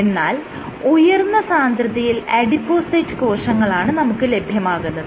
എന്നാൽ ഉയർന്ന സാന്ദ്രതയിൽ അഡിപോസൈറ്റ് കോശങ്ങളാണ് നമുക്ക് ലഭ്യമാകുന്നത്